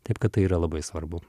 taip kad tai yra labai svarbu